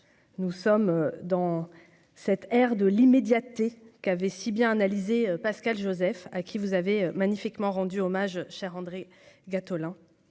nous sommes dans cette aire de l'immédiateté qui avait si bien analysé, Pascal Josèphe à qui vous avez magnifiquement rendu hommage cher André Gattolin,